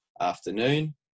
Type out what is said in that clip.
afternoon